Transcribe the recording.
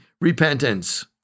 repentance